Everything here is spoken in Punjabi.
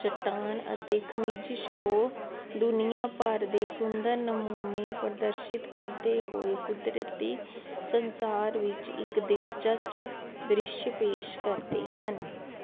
ਚੱਟਾਨ ਅਤੇ ਖਣਿਜ ਸ਼ੋਅ ਦੁਨੀਆ ਭਰ ਦੇ ਸੁੰਦਰ ਨਮੂਨੇ ਪ੍ਰਦਰਸ਼ਿਤ ਕਰਦੇ ਹੋਏ ਕੁਦਰਤੀ ਸੰਸਾਰ ਵਿੱਚ ਇੱਕ ਦਿਲਚਸਪ ਦ੍ਰਿਸ਼ ਪੇਸ਼ ਕਰਦੇ ਹਨ